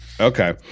Okay